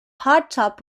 hardtop